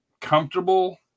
comfortable